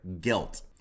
guilt